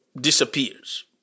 disappears